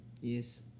yes